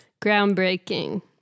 Groundbreaking